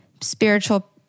spiritual